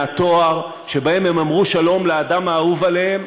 מהטוהר שבהם הם אמרו שלום לאדם האהוב עליהם,